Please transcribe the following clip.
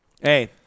Hey